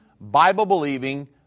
Bible-believing